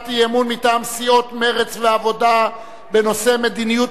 להצעת אי-אמון מטעם סיעות מרצ והעבודה בנושא: מדיניות